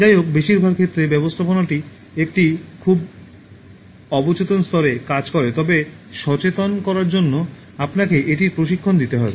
যাইহোক বেশিরভাগ ক্ষেত্রে ব্যবস্থাপনাটি একটি খুব অবচেতন স্তরে কাজ করে তবে সচেতন করার জন্য আপনাকে এটির প্রশিক্ষণ দিতে হবে